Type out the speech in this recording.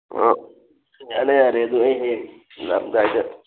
ꯌꯥꯅꯤ ꯌꯥꯅꯤ ꯑꯗꯨ ꯑꯩ ꯍꯌꯦꯡ ꯂꯥꯛꯑꯝꯗꯥꯏꯗ